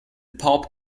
pop